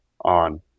on